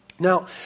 Now